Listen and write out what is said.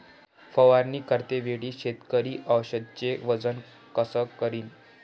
फवारणी करते वेळी शेतकरी औषधचे वजन कस करीन?